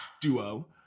duo